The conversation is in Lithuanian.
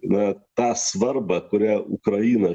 na tą svarbą kurią ukraina